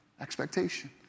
Expectation